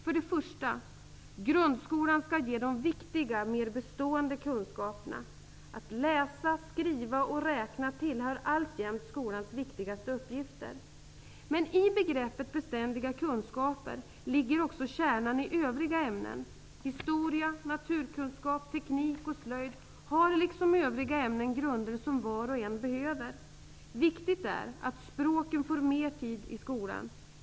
För det första: Grundskolan skall ge de viktiga, mer bestående kunskaperna. Att lära eleverna att läsa, skriva och räkna tillhör alltjämt skolans viktigaste uppgifter. Men i begreppet ''beständiga kunskaper'' ligger också kärnan i övriga ämnen. Historia, naturkunskap, teknik och slöjd ger liksom övriga ämnen grunder som var och en behöver. Viktigt är att språken får mer tid i skolan.